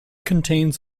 contains